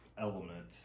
Element